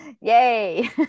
Yay